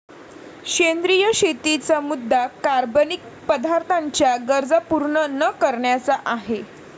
सेंद्रिय शेतीचा मुद्या कार्बनिक पदार्थांच्या गरजा पूर्ण न करण्याचा आहे